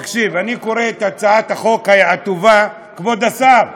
תקשיב, אני קורא את הצעת החוק, כבוד השר,